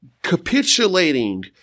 Capitulating